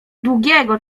długiego